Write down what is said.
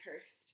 cursed